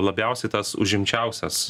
labiausiai tas užimčiausias